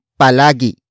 palagi